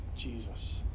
Jesus